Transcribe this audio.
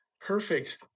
perfect